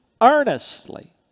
earnestly